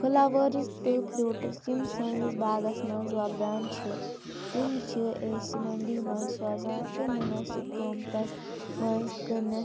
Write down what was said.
flowers تہٕ fruits یِم سٲنِس باغَس منٛز وۅپدان چھِ تِم چھِ أسۍ منٛڈی منٛز سوزان تہٕ مُنٲسِب قۭمتَس منٛز کٕنِتھ